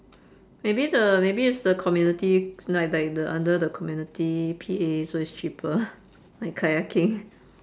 maybe the maybe it's the community s~ like like the under the community P_A so it's cheaper like kayaking